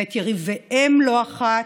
ואת יריביהם לא אחת,